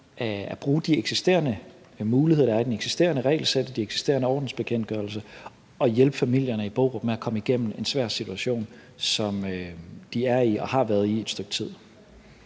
at bruge de eksisterende muligheder, der er i de eksisterende regelsæt og den eksisterende ordensbekendtgørelse, og hjælpe familierne i Borup med at komme igennem en svær situation, som de er i og har været i et stykke tid.